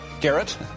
Garrett